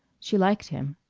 she liked him.